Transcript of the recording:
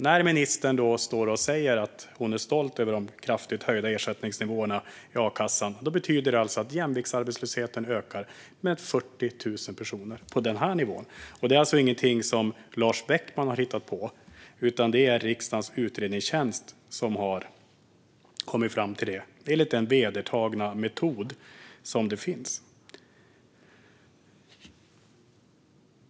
När ministern står och säger att hon är stolt över de kraftigt höjda ersättningsnivåerna i a-kassan betyder det att jämviktsarbetslösheten ökar med 40 000 personer på den här nivån. Det är ingenting som Lars Beckman har hittat på, utan det är riksdagens utredningstjänst som har kommit fram till det enligt den vedertagna metod som finns.